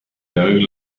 dog